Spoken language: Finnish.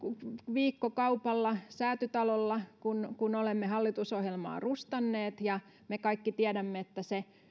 viikkokaupalla säätytalolla kun kun olemme hallitusohjelmaa rustanneet ja me kaikki tiedämme että